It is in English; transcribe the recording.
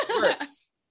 works